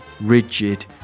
Rigid